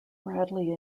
bradley